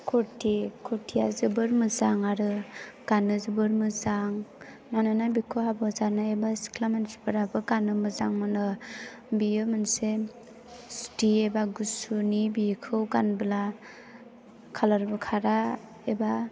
कुर्टिआ जोबोर मोजां आरो गाननो जोबोर मोजां मानोना बेखौ हाबा जानाय एबा सिख्ला मानसिफोराबो गाननो मोजां मोनो बियो मोनसे सुटि एबा गुसुनि बेखौ गानब्ला कालारबो खारा एबा